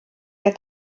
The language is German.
der